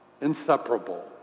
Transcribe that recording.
inseparable